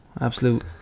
Absolute